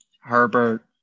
Herbert